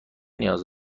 نیاز